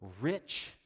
Rich